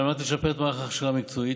על מנת לשפר את מערך ההכשרה המקצועית,